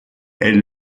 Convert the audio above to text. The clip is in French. elle